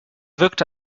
wirkte